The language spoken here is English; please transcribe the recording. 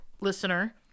listener